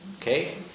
Okay